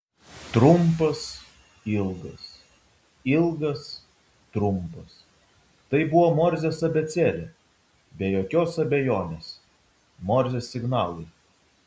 trumpas ilgas ilgas trumpas tai buvo morzės abėcėlė be jokios abejonės morzės signalai